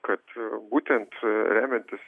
kad būtent remiantis